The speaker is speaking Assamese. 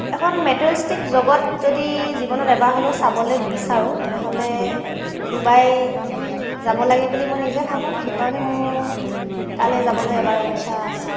এখন মেটেৰিয়েলিষ্টিক জগত যদি জীৱনত এবাৰ হ'লেও চাব বিচাৰোঁ তেনেহ'লে ডুবাই যাব লাগে বুলি মই নিজেই ভাবোঁ সেইকাৰণে মোৰ তালৈ যাবলৈ এবাৰ ইচ্ছা আছে